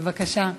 בבקשה.